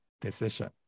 decision